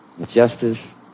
justice